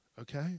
okay